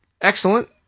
excellent